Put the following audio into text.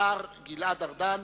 השר גלעד ארדן,